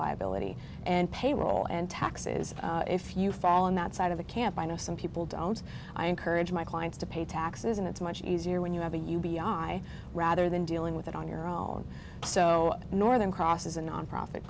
liability and payroll and taxes if you fall on that side of the camp i know some people don't i encourage my clients to pay taxes and it's much easier when you have a u b i rather than dealing with it on your own so northern cross is a nonprofit